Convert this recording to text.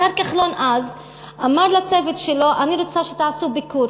השר כחלון אמר אז לצוות שלו: אני רוצה שתעשו ביקור